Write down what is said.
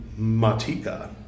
Matika